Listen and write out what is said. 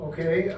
Okay